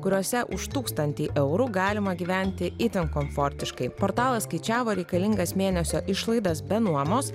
kuriose už tūkstantį eurų galima gyventi itin komfortiškai portalas skaičiavo reikalingas mėnesio išlaidas be nuomos